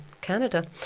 Canada